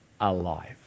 Alive